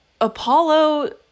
Apollo